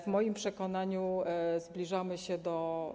W moim przekonaniu zbliżamy się do.